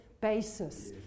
basis